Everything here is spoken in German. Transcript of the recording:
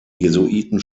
jesuiten